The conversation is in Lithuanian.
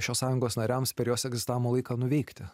šios sąjungos nariams per jos egzistavimo laiką nuveikti